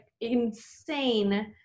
insane